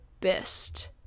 best